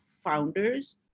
founders